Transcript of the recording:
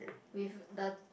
with the